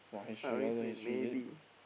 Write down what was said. I only say maybe